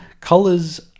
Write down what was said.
Colors